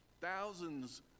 thousands